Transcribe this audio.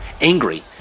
Angry